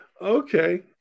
Okay